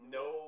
no